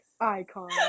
Icon